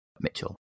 Mitchell